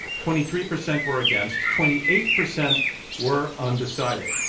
twenty three percent were against. twenty eight percent were undecided.